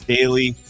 Daily